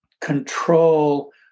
control